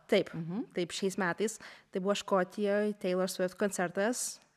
taip taip šiais metais tai buvo škotijoj teilor svift koncertas